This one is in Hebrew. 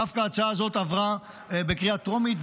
דווקא ההצעה הזאת עברה בקריאה טרומית,